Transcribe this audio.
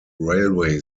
railway